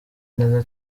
neza